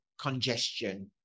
congestion